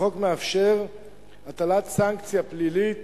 החוק מאפשר הטלת סנקציה פלילית